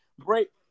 Great